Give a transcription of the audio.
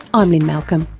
i'm lynne malcolm,